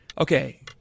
Okay